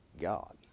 God